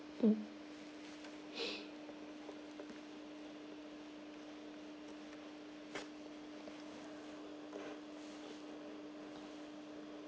mm